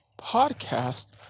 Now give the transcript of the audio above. podcast